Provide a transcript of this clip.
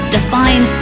Define